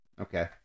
Okay